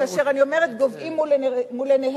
כאשר אני אומרת "גוועות מול עיניהם",